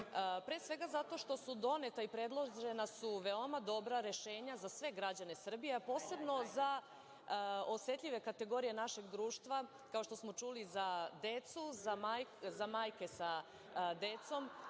pre svega zato što su doneta i predložena su veoma dobra rešenja za sve građane Srbije, posebno za osetljive kategorije našeg društva, kao što smo čuli za decu, za majke sa decom,